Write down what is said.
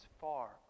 far